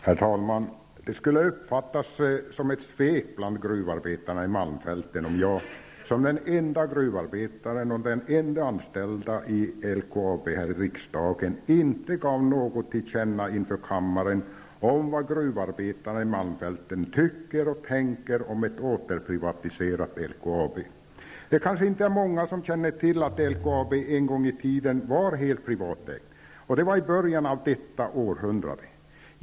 Herr talman! Det skulle uppfattas som ett svek bland gruvarbetarna i Malmfälten om jag, som den ende gruvarbetaren och den ende anställde i LKAB i riksdagen, inte gav något till känna inför kammaren om vad gruvarbetarna tycker och tänker om ett återprivatiserat LKAB. Det är kanske inte många som känner till att LKAB en gång i tiden var helt privatägt. Det var i början av detta århundrade.